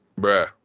Bruh